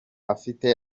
afite